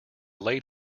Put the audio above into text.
laid